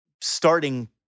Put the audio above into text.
starting